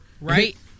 Right